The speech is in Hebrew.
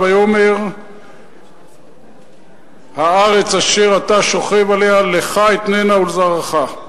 ויאמר הארץ אשר אתה שוכב עליה לך אתננה ולזרעך.